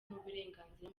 n’uburenganzira